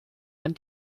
man